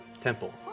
temple